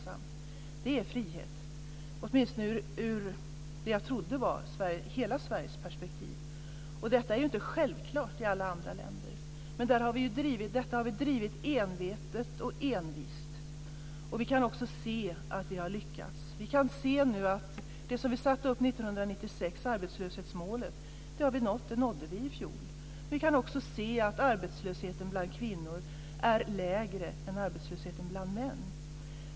Detta är frihet - åtminstone ur, som jag trott, hela Sveriges perspektiv. Detta är ju inte självklart i alla andra länder. Det här har vi drivit både envetet och envist, och vi kan också se att vi har lyckats. Vi kan nu se att det arbetslöshetsmål som vi satte upp 1996 har nåtts - vi nådde det i fjol. Vi kan också se att arbetslösheten bland kvinnor nu är lägre än arbetslösheten bland män.